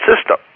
system